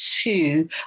two